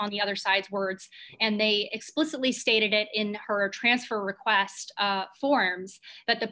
on the other side words and they explicitly stated it in her transfer request forms that the